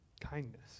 Kindness